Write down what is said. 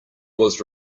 was